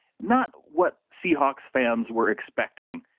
not what seahawks fans were expecting.